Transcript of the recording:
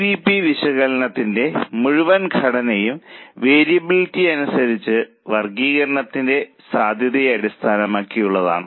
C V P വിശകലനത്തിന്റെ മുഴുവൻ ഘടനയും വേരിയബിലിറ്റി അനുസരിച്ച് വർഗ്ഗീകരണത്തിന്റെ സാധ്യതയെ അടിസ്ഥാനമാക്കിയുള്ളതാണ്